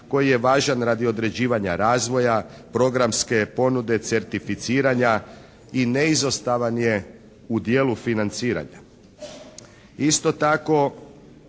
koji je važan radi određivanja razvoja, programske ponude, certificiranja i neizostavan je u dijelu financiranja.